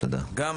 גם,